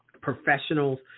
professionals